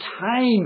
time